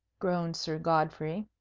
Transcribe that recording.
groaned sir godfrey.